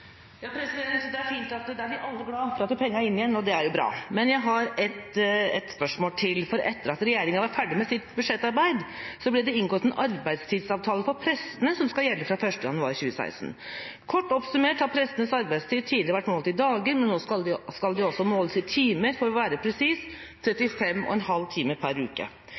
er alle glade for at pengene er inne igjen. Det er bra. Men jeg har et spørsmål til. Etter at regjeringa var ferdig med sitt budsjettarbeid, ble det inngått en arbeidstidsavtale for prestene som skal gjelde fra 1. januar 2016. Kort oppsummert har prestenes arbeidstid tidligere vært målt i dager, men nå skal den også måles i timer – for å være presis: 35,5 timer per uke.